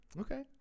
okay